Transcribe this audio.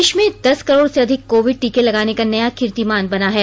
देश में दस करोड से अधिक कोविड टीके लगाने का नया कीर्तिमान बना है